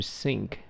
sync